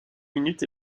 minutes